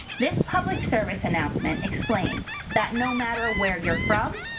this public service announcement explains that no matter where you're from,